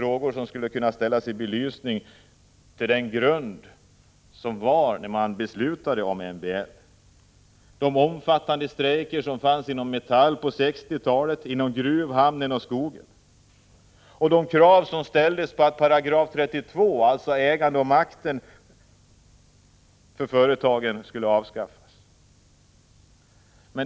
Beslutet om MBL föregicks av omfattande strejker på 1960-talet, inom Metall, inom gruvindustrin, hos hamnoch skogsarbetarna. Ett krav som ställdes var att § 32 om makten i företagen skulle avskaffas.